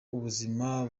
ubuzima